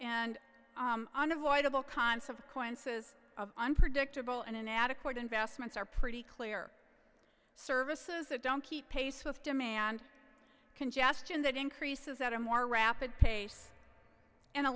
and unavoidable consequences of unpredictable and inadequate investments are pretty clear services that don't keep pace with demand congestion that increases at a more rapid pace and a